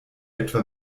etwa